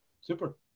Super